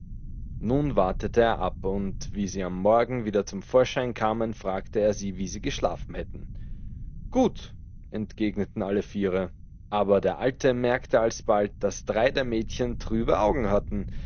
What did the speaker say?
nun wartete er ab und wie sie am morgen wieder zum vorschein kamen fragte er wie sie geschlafen hätten gut entgegneten alle viere aber der alte merkte alsbald daß drei der mädchen trübe augen hatten